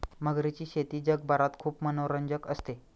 मगरीची शेती जगभरात खूप मनोरंजक असते